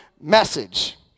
message